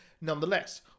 nonetheless